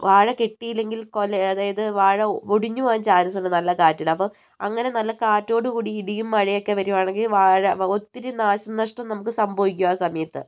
വാഴ കിട്ടിയില്ലെങ്കിൽ കുല അതായത് വാഴ ഒടിഞ്ഞു പോകാൻ ചാൻസുണ്ട് നല്ല കാറ്റിൽ അപ്പം അങ്ങന നല്ല കാറ്റോടു കൂടി ഇടിയും മഴയൊക്കെ വരുക ആണെങ്കിൽ വാഴ ഒത്തിരി നാശ നഷ്ടം നമുക്ക് സംഭവിക്കും ആ സമയത്ത്